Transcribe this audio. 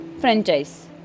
franchise